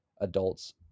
adults